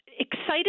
excited